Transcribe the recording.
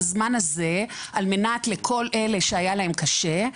בזמן הזה על מנת לכל אלה שהיה להם קשה,